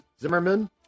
Zimmerman